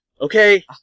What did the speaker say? Okay